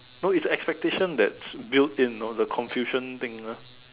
no it's expectations that build in know the confusion thing ah